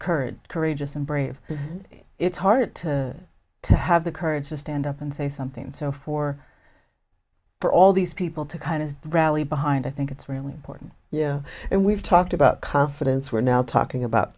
courage courageous and brave it's hard to to have the courage to stand up and say something so for for all these people to kind of rally behind i think it's really important yeah and we've talked about confidence we're now talking about